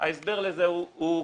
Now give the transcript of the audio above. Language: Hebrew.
ההסבר לזה הוא כפול.